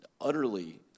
utterly